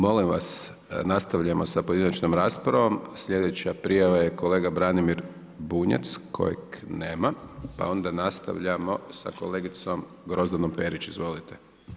Molim vas, nastavljamo s pojedinačnom raspravom, sljedeća prijava je kolega Branimir Bunjac, kojeg nema, pa onda nastavljamo sa kolegicom Grozdanom Perić, izvolite.